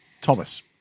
Thomas